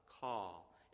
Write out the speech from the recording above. call